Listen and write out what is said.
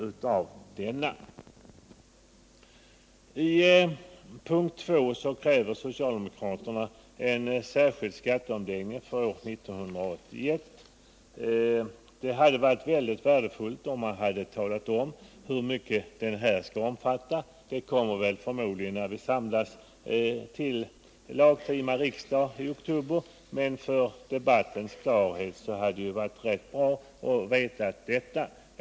Under punkt 2 kräver socialdemokraterna en särskild skatteomläggning för år 1981. Det hade varit mycket värdefullt om man också hade sagt något om omfattningen av denna. Det beskedet kommer förmodligen när vi samlas till lagtima riksdag i oktober, men för att nå klarhet i debatten hade det varit bra att veta det nu.